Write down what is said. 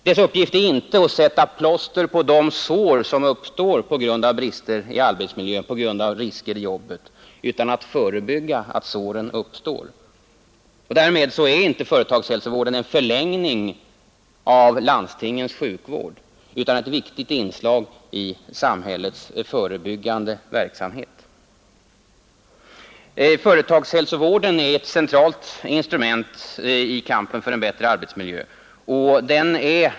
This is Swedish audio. Dess uppgift är inte att sätta plåster på de sår som uppstår på grund av brister i arbetsmiljön, på grund av risker i jobbet, utan att förebygga att såren uppstår. Därmed är företagshälsovården inte en förlängning av landstingens sjukvård utan ett viktigt inslag i samhällets förebyggande verksamhet. Företagshälsovården är ett centralt instrument i kampen för en bättre arbetsmiljö.